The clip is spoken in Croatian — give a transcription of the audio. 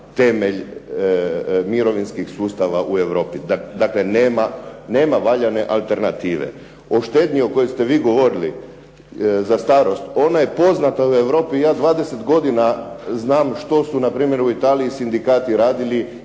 temelj mirovinskih sustava u Europi, dakle nema valjane alternative. O štednji o kojoj ste vi govorili za starost, ona je poznata da je u Europi, ja 20 godina znam što su npr. u Italiji sindikati radili